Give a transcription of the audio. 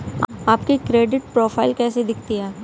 आपकी credit profile कैसी दिखती है?